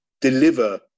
deliver